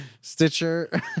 Stitcher